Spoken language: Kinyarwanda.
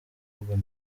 urban